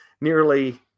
nearly